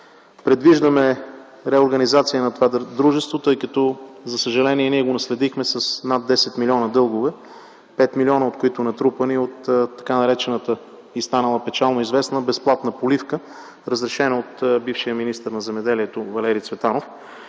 Предвиждаме реорганизация на това дружество, тъй като за съжаление ние го наследихме с над 10 млн. дългове, 5 млн. от които натрупани от така наречената и станала печално известна безплатна поливка, разрешена от бившия министър на земеделието Валери Цветанов.